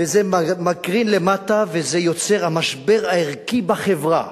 וזה מקרין למטה, וזה יוצר משבר ערכי בחברה,